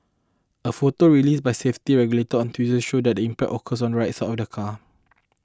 a photo released by safety regulators on Tuesday showed that the impact occurred on the right side of the car